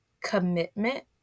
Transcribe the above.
commitment